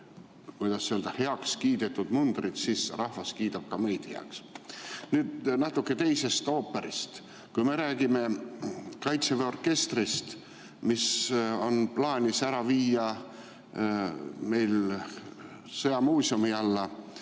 kuidas öelda, heaks kiidetud mundrit, siis rahvas kiidab ka meid heaks. Nüüd natuke teisest ooperist. Me räägime Kaitseväe orkestrist, mis on plaanis viia sõjamuuseumi alla.